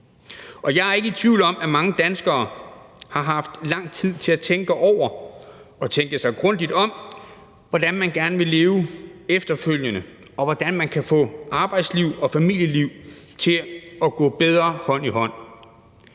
Jeg er ikke i tvivl om, at mange danskere har haft lang tid til at tænke over det og tænke sig grundigt om, i forhold til hvordan man gerne vil leve efterfølgende, og hvordan man kan få arbejdsliv og familieliv til at gå bedre hånd i hånd.